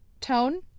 tone